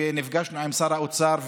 וגם נפגשנו עם שר האוצר,